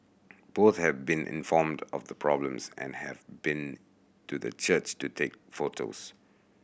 both have been informed of the problems and have been to the church to take photos